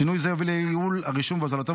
שינוי זה יוביל לייעול הרישום והוזלתו,